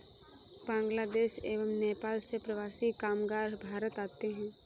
बांग्लादेश एवं नेपाल से प्रवासी कामगार भारत आते हैं